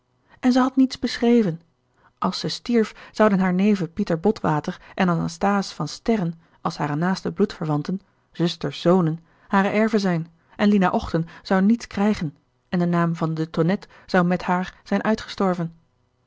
en ze had niets beschreven als zij stierf zouden haar neven pieter botwater en anasthase van sterren als hare naaste bloedverwanten zusters zonen hare erven zijn en lina ochten zou niets krijgen en de naam van de tonnette zou met haar zijn uitgestorven